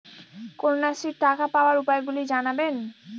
কন্যাশ্রীর টাকা পাওয়ার উপায়গুলি জানাবেন?